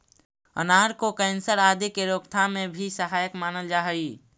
अनार को कैंसर आदि के रोकथाम में भी सहायक मानल जा हई